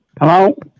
Hello